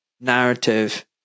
narrative